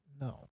No